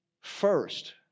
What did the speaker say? first